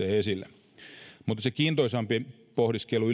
esille kiintoisampi pohdiskelu